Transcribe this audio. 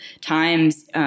times